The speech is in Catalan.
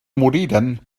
moriren